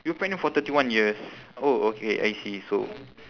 you were pregnant for thirty one years oh okay I see so